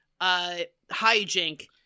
hijink